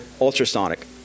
ultrasonic